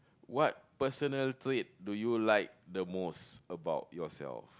what personal trait do you like most about yourself